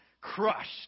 crushed